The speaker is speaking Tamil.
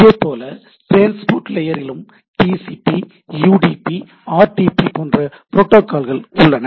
இதேபோல டிரான்ஸ்போர்ட் லேயரிலும் TCP U D P R T P TCP UDP RTP என்ற புரோட்டாகால்கள் உள்ளன